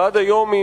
ועד היום היא